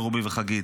לרובי וחגית,